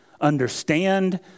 understand